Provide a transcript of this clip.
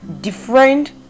different